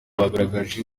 bagaragaje